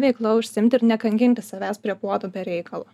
veikla užsiimti ir nekankinti savęs prie puodų be reikalo